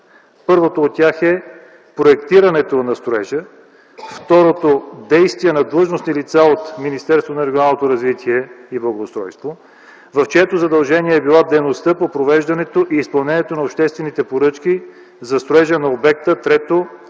Първото от тях е проектирането на строежа, второто – действия на длъжностни лица от Министерството на регионалното развитие и благоустройството, в чието задължение е била дейността по провеждането и изпълнението на обществените поръчки за строежа на обекта. Трето,